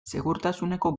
segurtasuneko